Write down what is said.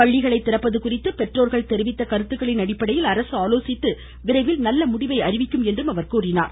பள்ளிகளை திறப்பது குறித்து பெற்றோர்கள் தெரிவித்த கருத்துக்களின் அடிப்படையில் அரசு ஆலோசித்து விரைவில் முடிவை அறிவிக்கும் என்றார்